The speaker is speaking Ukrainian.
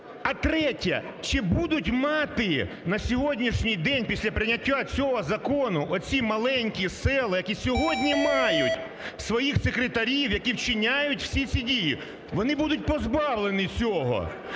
А третє: чи будуть мати на сьогоднішній день після прийняття цього закону оці маленькі села, які сьогодні мають своїх секретарів, які вчиняють всі ці дії? Вони будуть позбавлені цього.